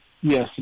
Yes